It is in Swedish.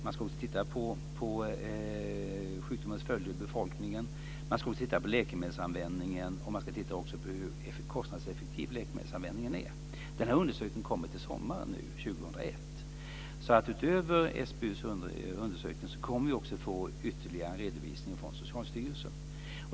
Man ska titta på sjukdomens följder i befolkningen samt på läkemedelsanvändningen och hur kostnadseffektiv denna är. Den här undersökningen kommer nu till sommaren 2001. Utöver SBU:s undersökning kommer vi alltså att få ytterligare en redovisning från Socialstyrelsen.